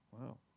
Wow